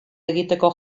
egiteko